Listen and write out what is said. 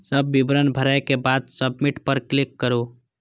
सब विवरण भरै के बाद सबमिट पर क्लिक करू